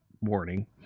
warning